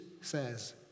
says